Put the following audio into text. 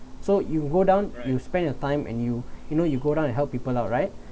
so you go down you spend your time and you you know you go down and help people out right